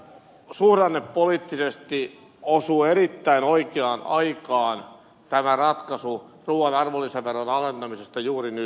suhdannepoliittisesti osuu erittäin oikeaan aikaan tämä ratkaisu ruuan arvonlisäveron alentamisesta juuri nyt